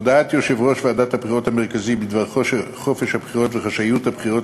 הודעת יושב-ראש ועדת הבחירות המרכזית בדבר חופש הבחירות וחשאיות הבחירות